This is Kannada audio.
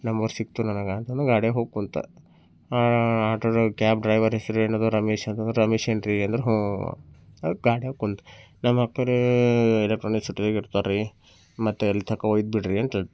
ನಂಬರ್ ಸಿಕ್ಕಿತು ನನಗೆ ಅಂತ ನಾನು ಗಾಡಿ ಹೋಗಿ ಕೂತ ಆಟೋ ಡ್ರೈವರ್ ಕ್ಯಾಬ್ ಡ್ರೈವರ್ ಹೆಸರು ಹೇಳಿದ್ರೆ ರಮೇಶ್ ಅಂತ ರಮೇಶ್ ಅಂತ ಹೇಳಿದರು ಹ್ಞೂ ಗಾಡಿಯಾಗೆ ಕೂತ ನಮ್ಮ ಅಕ್ಕವ್ರು ಎಲೆಕ್ಟ್ರಾನಿಕ್ ಸಿಟಿಯಾಗಿ ಇರ್ತಾರೆ ಮತ್ತೆ ಅಲ್ಲಿ ತನ್ಕ ಒಯ್ದು ಬಿಡ್ರಿ ಅಂಥೇಳಿ